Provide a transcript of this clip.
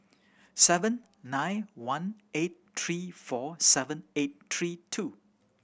seven nine one eight three four seven eight three two